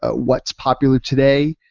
ah what's popular today,